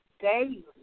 daily